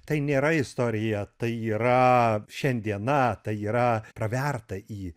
tai nėra istorija tai yra šiandiena tai yra praverta į